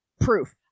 proof